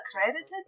accredited